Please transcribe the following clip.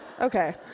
okay